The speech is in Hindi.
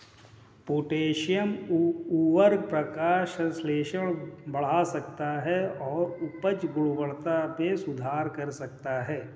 पोटेशियम उवर्रक प्रकाश संश्लेषण बढ़ा सकता है और उपज गुणवत्ता में सुधार कर सकता है